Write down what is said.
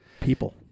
People